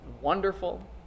wonderful